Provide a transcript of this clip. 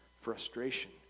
Frustration